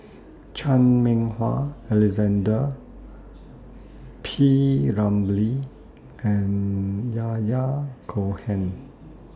Chan Meng Wah Alexander P Ramlee and Yahya Cohen